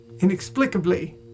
inexplicably